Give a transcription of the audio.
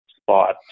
spot